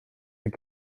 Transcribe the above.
that